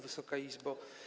Wysoka Izbo!